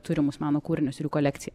turimus meno kūrinius ir jų kolekciją